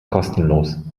kostenlos